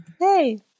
hey